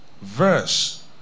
verse